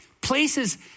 places